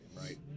right